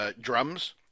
drums